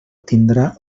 tindrà